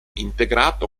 integrato